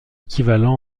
équivalent